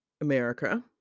America